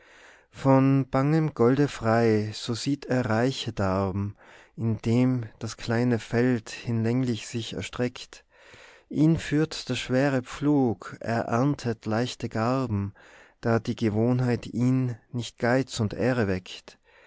von bangem golde frei so sieht er reiche darben indem das kleine feld hinlänglich sich erstreckt ihn führt der schwere pflug er erntet leichte garben da die gewohnheit ihn nicht geiz und ehre weckt